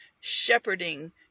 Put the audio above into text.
shepherding